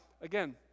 again